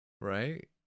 right